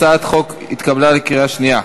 הצעת החוק התקבלה בקריאה שנייה.